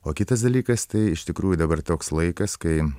o kitas dalykas tai iš tikrųjų dabar toks laikas kai